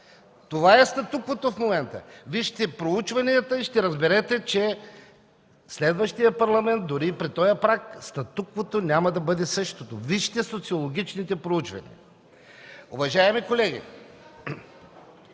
Това е статуквото в момента. Вижте проучванията и ще разберете, че в следващия Парламент, дори и при този праг, статуквото няма да бъде същото. Вижте социологическите проучвания. Уважаеми колеги,